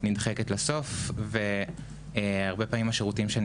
נדחקת לסוף והרבה פעמים השירותים שהן